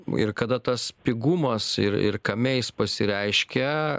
ir kada tas pigumas ir ir kame jis pasireiškia